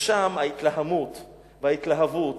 ושם ההתלהמות וההתלהבות